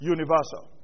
Universal